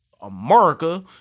america